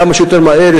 אלא כמה שיותר מהר,